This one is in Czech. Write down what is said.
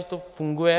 To funguje.